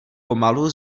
pomalu